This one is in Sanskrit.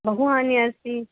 बहुहानि अस्ति